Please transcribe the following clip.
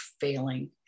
failing